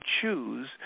choose